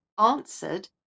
answered